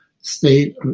state